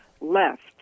left